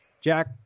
Jack